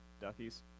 Duckies